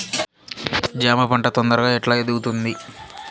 జామ పంట తొందరగా ఎట్లా ఎదుగుతుంది?